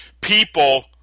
people